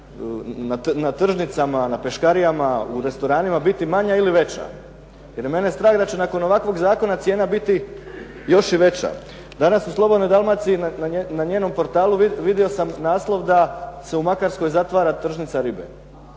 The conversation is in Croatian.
na tržnicama, na peškarijama, u restoranima biti manja ili veća. Jer je mene strah da će nakon ovakvog zakona cijena biti još i veća. Danas u "Slobodnoj Dalmaciji" na njenom portalu vidio sam naslov da se u Makarskoj zatvara tržnica ribe.